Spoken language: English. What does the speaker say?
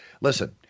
listen